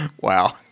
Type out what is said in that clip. Wow